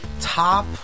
top